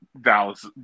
Dallas